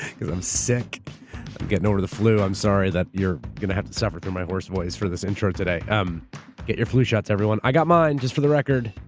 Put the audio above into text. because i'm sick. i'm and getting over the flu. i'm sorry that you're going to have to suffer through my hoarse voice for this intro today. um get your flu shots, everyone. i got mine just for the record.